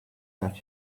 that